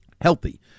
healthy